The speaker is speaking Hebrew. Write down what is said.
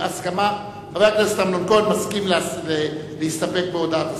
חבר הכנסת אמנון כהן מסכים להסתפק בהודעת השר.